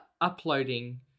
uploading